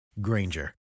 Granger